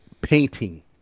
painting